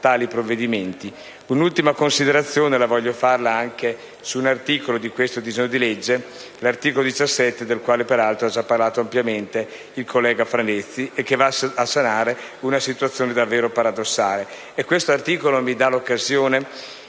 Un'ultima considerazione voglio farla su un articolo di questo decreto-legge, precisamente l'articolo 17, del quale peraltro ha già parlato ampiamente il collega Fravezzi, che va a sanare una situazione davvero paradossale.